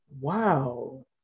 Wow